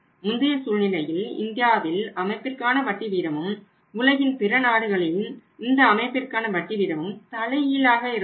முந்தைய சூழ்நிலையில் இந்தியாவில் அமைப்பிற்கான வட்டி வீதமும் உலகின் பிற நாடுகளின் இந்த அமைப்பிற்கான வட்டி வீதமும் தலைகீழாக இருந்தது